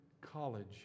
college